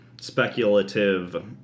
speculative